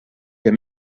and